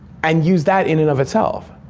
and use that in and of itself?